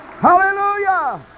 hallelujah